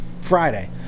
Friday